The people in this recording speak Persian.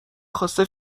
خواسته